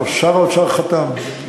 שר האוצר חתם,